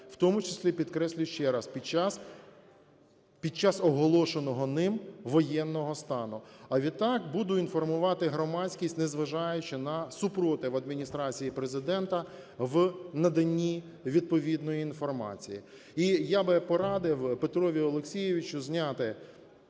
в тому числі, підкреслюю ще раз, під час оголошеного ним воєнного стану, а відтак, буду інформувати громадськість, незважаючи на супротив Адміністрації Президента, в надані відповідної інформації. І я би порадив Петрові Олексійовичу зняти